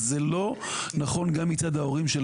הוראות פתיחה באש זה לא משהו לייצר התרעה.